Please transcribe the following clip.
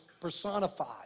personified